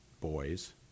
boys